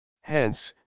Hence